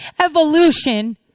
Evolution